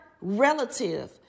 relative